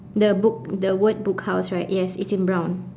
the book the word book house right yes it's in brown